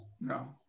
No